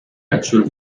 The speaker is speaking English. actual